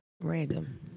Random